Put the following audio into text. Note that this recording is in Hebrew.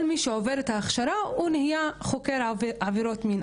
כל מי שעובר את ההכשרה הוא נהיה חוקר עבירות מין,